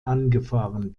angefahren